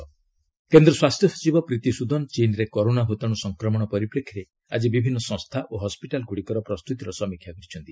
health secretary corona କେନ୍ଦ୍ର ସ୍ୱାସ୍ଥ୍ୟ ସଚିବ ପ୍ରୀତି ସ୍ବଦନ ଚୀନ୍ରେ କରୋନା ଭତାଣ୍ର ସଂକ୍ରମଣ ପରିପ୍ରେକ୍ଷୀରେ ଆଜି ବିଭିନ୍ନ ସଂସ୍ଥା ଓ ହସ୍ୱିଟାଲ୍ଗୁଡ଼ିକର ପ୍ରସ୍ତୁତିର ସମୀକ୍ଷା କରିଛନ୍ତି